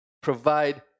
provide